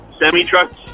semi-trucks